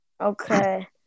Okay